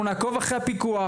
אנחנו נעקוב אחרי הפיקוח.